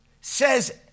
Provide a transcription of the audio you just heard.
says